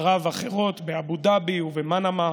ערב אחרות, באבו דאבי ובמנאמה,